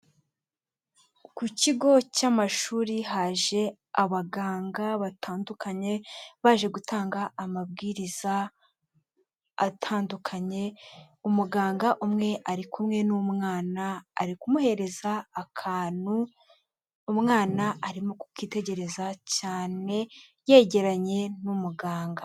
Ku kigo cy'amashuri haje abaganga batandukanye baje gutanga amabwiriza atandukanye, umuganga umwe ari kumwe n'umwana ari kumuhereza akantu, umwana arimo kukitegereza cyane yegeranye n'umuganga.